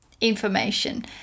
information